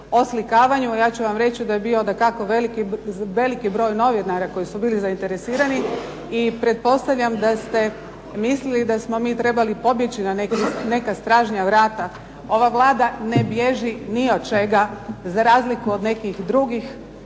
ja ću vam reći da je bio dakako veliki broj novinara koji su bili zainteresirani i pretpostavljam da ste mislili da smo mi trebali pobjeći na neka stražnja vrata. Ova Vlada ne bježi od ni od čega za razliku od nekih drugih